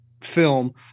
film